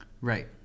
right